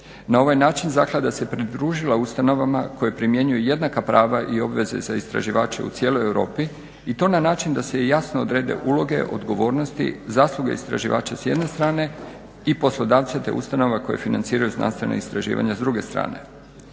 Na ovaj način zaklada se pridružila ustanovama koje primjenjuju jednaka prava i obveze za istraživače u cijeloj Europi i to na način da se jasno odrede uloge, odgovornosti, zasluge istraživača s jedne strane i poslodavca te ustanova koje financiraju znanstvena istraživanja s druge strane.